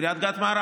המשך.